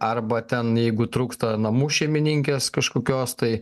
arba ten jeigu trūksta namų šeimininkės kažkokios tai